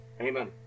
Amen